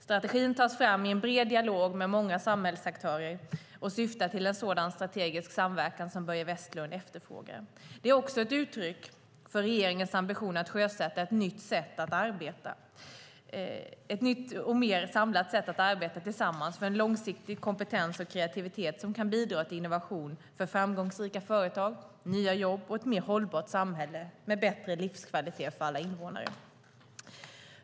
Strategin tas fram i bred dialog med många samhällsaktörer och syftar till sådan strategisk samverkan som Börje Vestlund efterfrågar. Det är också ett uttryck för regeringens ambition att sjösätta ett nytt och mer samlat sätt att arbeta tillsammans för en långsiktig kompetens och kreativitet som kan bidra till innovation för framgångsrika företag, nya jobb och ett mer hållbart samhälle med bättre livskvalitet för alla invånare.